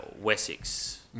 Wessex